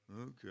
Okay